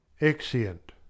Exeunt